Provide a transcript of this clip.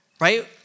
right